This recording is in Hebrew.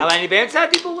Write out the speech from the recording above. רגע, אבל אני באמצע הדיבורים.